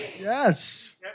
Yes